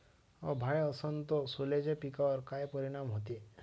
अभाळ असन तं सोल्याच्या पिकावर काय परिनाम व्हते?